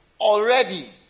Already